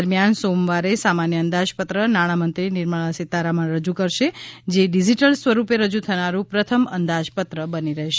દરમિયાન સોમવારે સામાન્ય અંદાજપત્ર નાણામંત્રી નિર્મળા સીતારમણ રજુ કરશે જે ડીજીટલ સ્વરૂપે રજુ થનારું પ્રથમ અંદાજપત્ર બની રહેશે